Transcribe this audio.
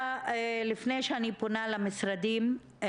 לפני שאני פונה למשרדים אני